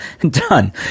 done